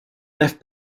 left